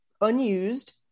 unused